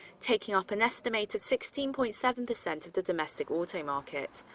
taking up an estimated sixteen point seven percent of the domestic auto market.